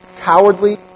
Cowardly